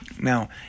now